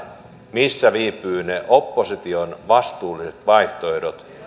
missä viipyvät ne opposition vastuulliset vaihtoehdot